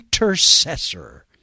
intercessor